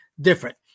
Different